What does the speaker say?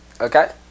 Okay